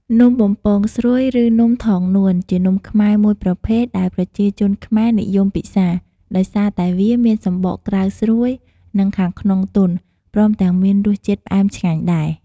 នំបំពង់ស្រួយ ឬនំថងនួន ជានំខ្មែរមួយប្រភេទដែលប្រជាជនខ្មែរនិយមពិសា ដោយសារតែវាមានសំបកក្រៅស្រួយ និងខាងក្នុងទន់ ព្រមទាំងមានរសជាតិផ្អែមឆ្ងាញ់ដែរ។